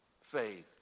Faith